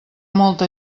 molta